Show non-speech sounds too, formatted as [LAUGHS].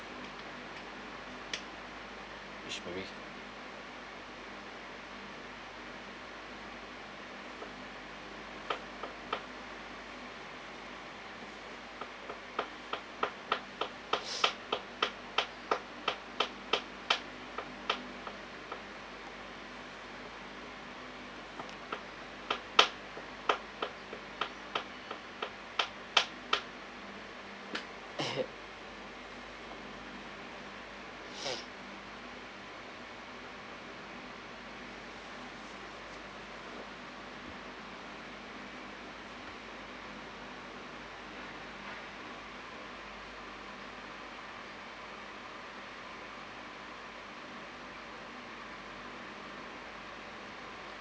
which maybe [NOISE] [LAUGHS] [NOISE]